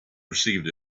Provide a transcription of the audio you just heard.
perceived